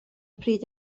pryd